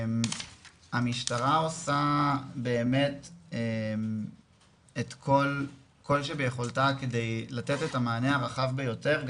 המשטרה עושה באמת את כל שביכולתה כדי לתת את המענה הרחב ביותר,